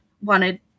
wanted